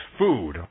food